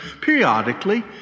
periodically